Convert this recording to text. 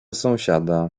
sąsiada